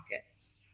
pockets